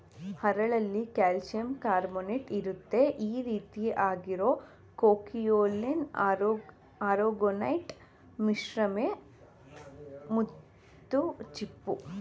ಹರಳಲ್ಲಿ ಕಾಲ್ಶಿಯಂಕಾರ್ಬೊನೇಟ್ಇರುತ್ತೆ ಈರೀತಿ ಆಗಿರೋ ಕೊಂಕಿಯೊಲಿನ್ ಆರೊಗೊನೈಟ್ ಮಿಶ್ರವೇ ಮುತ್ತುಚಿಪ್ಪು